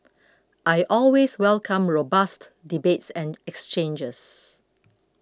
I always welcome robust debates and exchanges